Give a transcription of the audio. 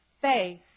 faith